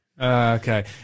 Okay